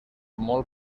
molt